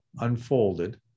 unfolded